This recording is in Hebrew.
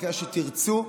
למקרה שתרצו?